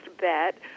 bet